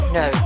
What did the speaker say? no